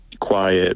quiet